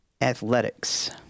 Athletics